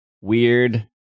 weird